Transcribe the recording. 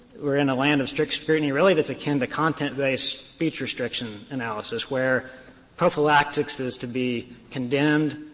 are in a land of strict scrutiny really that's akin to content-based speech restriction analysis, where prophylaxis is to be condemned,